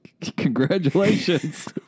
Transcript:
congratulations